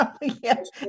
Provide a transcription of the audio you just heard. yes